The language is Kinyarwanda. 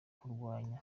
kurwanya